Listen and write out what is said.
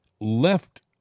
left